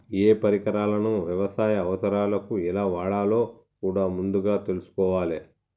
ఏయే పరికరాలను యవసాయ అవసరాలకు ఎలా వాడాలో కూడా ముందుగా తెల్సుకోవాలే